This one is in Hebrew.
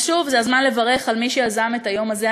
אז שוב, זה הזמן לברך את מי שיזם את היום הזה.